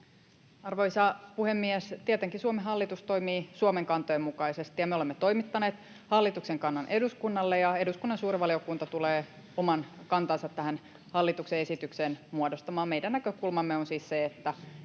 Arvoisa puhemies! Tietenkin Suomen hallitus toimii Suomen kantojen mukaisesti. Me olemme toimittaneet hallituksen kannan eduskunnalle, ja eduskunnan suuri valiokunta tulee oman kantansa tähän hallituksen esitykseen muodostamaan. Meidän näkökulmamme on siis se, että